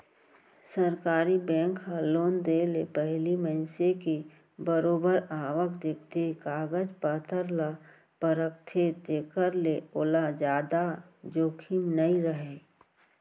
सरकारी बेंक ह लोन देय ले पहिली मनसे के बरोबर आवक देखथे, कागज पतर ल परखथे जेखर ले ओला जादा जोखिम नइ राहय